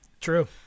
true